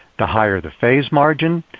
the higher the phase margin,